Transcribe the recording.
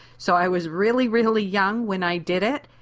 so i was really, really young when i did it,